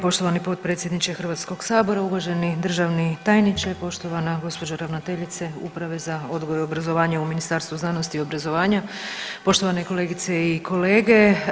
Poštovani potpredsjedniče HS-a, uvaženi državni tajniče, poštovana gospođo ravnateljice Uprave za odgoj i obrazovanje u Ministarstvu znanosti i obrazovanja, poštovane i kolegice i kolege.